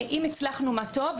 אם הצלחנו מה טוב,